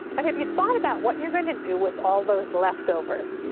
but have you thought about what you're gonna do with all those leftovers?